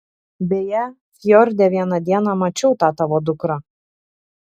beje fjorde vieną dieną mačiau tą tavo dukrą